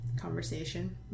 conversation